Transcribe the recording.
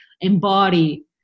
embody